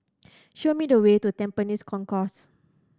show me the way to Tampines Concourse